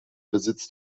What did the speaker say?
besitzt